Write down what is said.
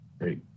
Great